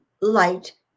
light